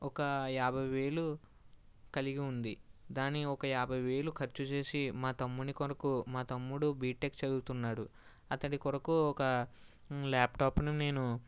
ఒక యాభై వేలు కలిగివుంది దాని ఒక యాభై వేలు ఖర్చుచేసి మా తమ్ముని కొరకు మా తమ్ముడు బీటెక్ చదువుతున్నాడు అతడి కొరకు ఒక ల్యాప్టాప్ని నేను